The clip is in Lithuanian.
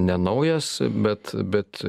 ne naujas bet bet